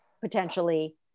potentially